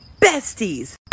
besties